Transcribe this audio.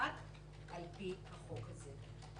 מופחת על פי החוק הזה.